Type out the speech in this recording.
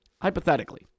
Hypothetically